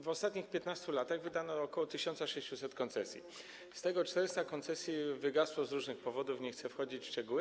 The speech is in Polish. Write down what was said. W ostatnich 15 latach wydano ok. 1600 koncesji, z czego 400 koncesji wygasło z różnych powodów - nie chcę wchodzić w szczegóły.